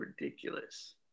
ridiculous